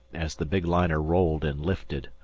as the big liner rolled and lifted,